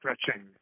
stretching